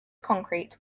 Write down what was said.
concrete